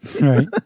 right